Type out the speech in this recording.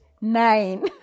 nine